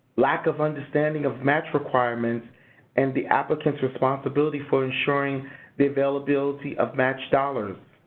lack of understanding of match requirements and the applicant's responsibility for ensuring the availability of matched dollars.